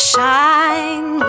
Shine